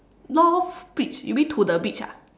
north beach you mean to the beach ah